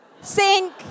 Sink